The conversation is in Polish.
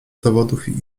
dowodów